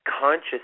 conscious